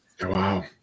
Wow